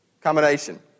combination